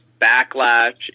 backlash